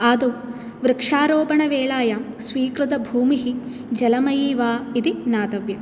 आदौ वृक्षारोपणवेलायां स्वीकृतभूमिः जलमयी वा इति ज्ञातव्यम्